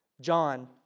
John